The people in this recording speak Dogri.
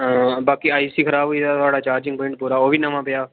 हां बाकी आई सी खराब होई गेदा हा थुआड़ा चार्जिंग पांइट पूरा ओह् बी नमां पेआ